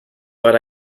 but